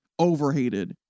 overhated